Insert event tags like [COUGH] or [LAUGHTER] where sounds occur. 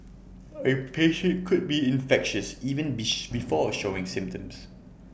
A patient could be infectious even [UNINTELLIGIBLE] before showing symptoms